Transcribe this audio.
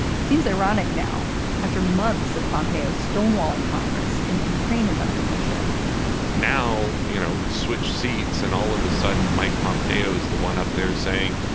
that seems ironic now after months of pompeo stonewalling congress in the ukraine investigation now, you know, switch seats and all of a sudden, mike pompeo is the one up there saying,